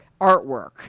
artwork